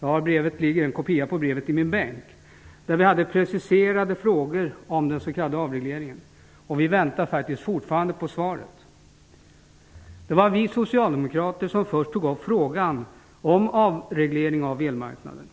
Jag har en kopia på brevet i min bänk. Vi framförde preciserade frågor om den s.k. avregleringen. Vi väntar fortfarande på svaret. Det var vi socialdemokrater som först tog upp frågan om avregleringen av elmarknaden.